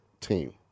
team